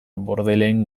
bordelen